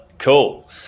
Cool